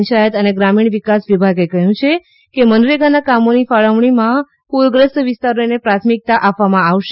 પંચાયત અને ગ્રામીણ વિકાસ વિભાગે કહ્યું છે કે મનરેગાના કામોની ફાળવણીમાં પૂરગ્રસ્ત વિસ્તારોને પ્રાથમિકતા આપવામાં આવશે